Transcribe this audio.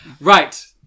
Right